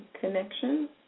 connection